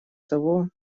того